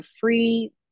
free